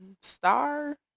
Star